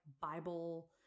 Bible